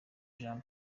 jean